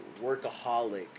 workaholic